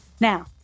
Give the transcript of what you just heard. Now